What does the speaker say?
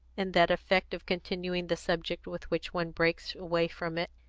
in that effect of continuing the subject with which one breaks away from it,